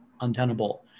untenable